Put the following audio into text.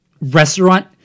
restaurant